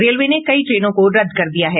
railway ने कई ट्रेनों को रद्द कर दिया है